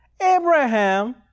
Abraham